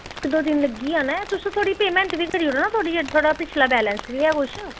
इक दो दिन लग्गी जाने न तुस थोह्ड़ी पेमैंट बी करी ओड़ो ना थुआढ़ा पिछला बैलैंस बी ऐ कुछ